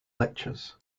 lectures